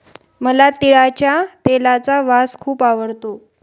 मला तिळाच्या तेलाचा वास खूप आवडतो